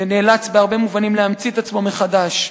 ונאלץ בהרבה מובנים להמציא את עצמו מחדש.